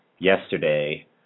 yesterday